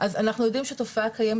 אז אנחנו יודעים שהתופעה קיימת